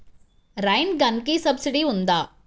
Rain గన్కి subsidy ఉందా?